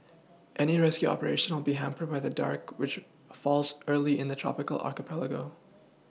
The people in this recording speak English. any rescue operation will be hampered by the dark which falls early in the tropical archipelago